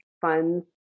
funds